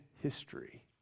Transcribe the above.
history